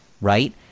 right